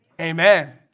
amen